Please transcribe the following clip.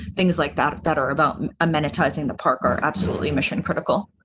things like that that are about and ah monetizing. the park are absolutely mission critical.